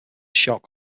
shock